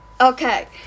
Okay